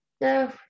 no